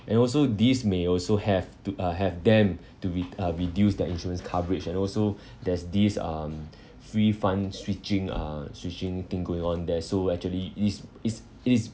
and also these may also have to have them to re~ uh reduce their insurance coverage and also there's this um free fund switching uh switching thing going on there so actually is is it is